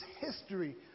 history